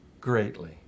greatly